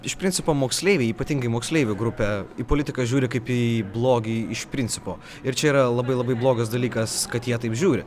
iš principo moksleiviai ypatingai moksleivių grupė į politiką žiūri kaip į blogį iš principo ir čia yra labai labai blogas dalykas kad jie taip žiūri